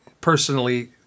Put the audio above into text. personally